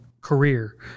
career